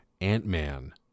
ant-man